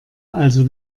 also